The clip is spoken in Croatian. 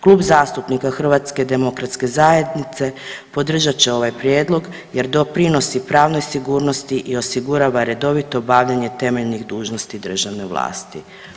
Klub zastupnika HDZ-a podržat će ovaj Prijedlog jer doprinosi pravnoj sigurnosti i osigurava redovito bavljenje temeljnih dužnosti državne vlasti.